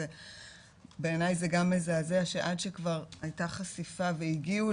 בעיני זה גם מזעזע שעד שכבר הייתה חשיפה והגיעו